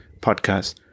podcast